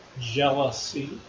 jealousy